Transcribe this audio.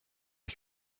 ich